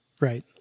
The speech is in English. Right